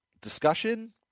discussion